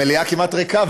המליאה כמעט ריקה,